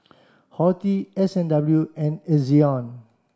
Horti S and W and Ezion